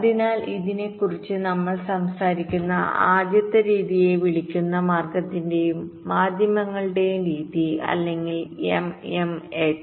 അതിനാൽ ഇതിനെക്കുറിച്ച് നമ്മൾ സംസാരിക്കുന്ന ആദ്യത്തെ രീതിയെ വിളിക്കുന്നു മാർഗ്ഗത്തിന്റെയും മാധ്യമങ്ങളുടെയും രീതി അല്ലെങ്കിൽ MMM